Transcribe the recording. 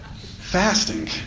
Fasting